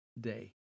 day